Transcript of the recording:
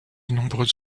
nombreux